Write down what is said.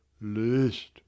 list